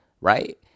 right